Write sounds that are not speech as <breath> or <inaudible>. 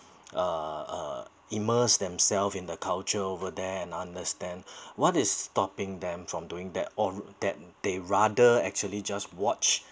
uh uh immerse themselves in the culture over there and understand <breath> what is stopping them from doing that or that they rather actually just watch